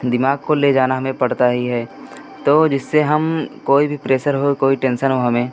दिमाग़ को ले जाना हमें पड़ता ही है तो जिससे हम कोई भी प्रेसर हो कोई टेंसन हो हमें